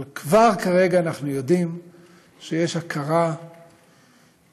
אבל כבר כרגע אנחנו יודעים שיש הכרה מובהקת,